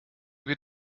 geht